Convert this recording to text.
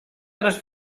tres